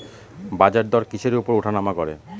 বাজারদর কিসের উপর উঠানামা করে?